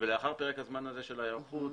ולאחר פרק הזמן של ההיערכות,